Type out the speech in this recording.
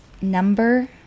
Number